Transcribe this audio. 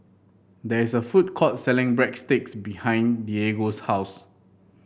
there is a food court selling Breadsticks behind Diego's house